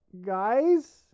guys